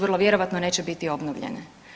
Vrlo vjerojatno neće biti obnovljene.